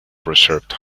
preserved